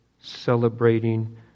celebrating